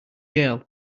jail